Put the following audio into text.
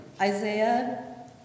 Isaiah